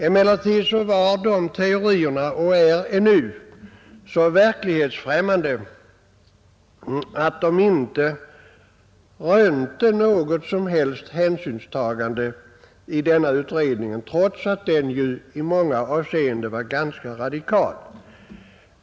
Emellertid var de teorierna och är ännu så verklighetsfrämmande att de inte rönte något som helst hänsynstagande i denna utredning, trots att den i många avseenden var ganska radikal.